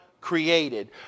created